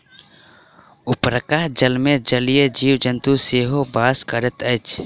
उपरका जलमे जलीय जीव जन्तु सेहो बास करैत अछि